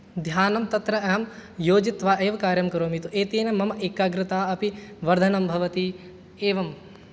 ध्यानम् तत्र अहं योजयित्वा एव कार्यं करोमि तु एतेन मम एकाग्रता अपि वर्धनं भवति एवं